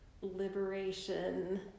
liberation